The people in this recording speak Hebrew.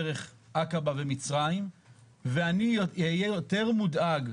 הנפט, דרך עקבה ומצרים ואני אהיה יותר מודאג,